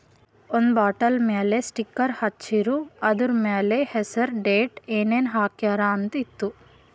ಒಂದ್ ಬಾಟಲ್ ಮ್ಯಾಲ ಸ್ಟಿಕ್ಕರ್ ಹಚ್ಚಿರು, ಅದುರ್ ಮ್ಯಾಲ ಹೆಸರ್, ಡೇಟ್, ಏನೇನ್ ಹಾಕ್ಯಾರ ಅಂತ್ ಇತ್ತು